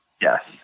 Yes